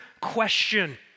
question